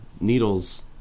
Needles